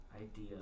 idea